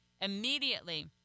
immediately